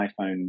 iPhone